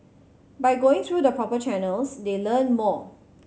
by going through the proper channels they learn more